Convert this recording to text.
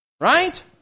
Right